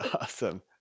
awesome